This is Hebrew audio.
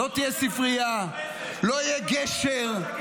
לא תהיה ספרייה, לא יהיה גשר,